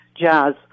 jazz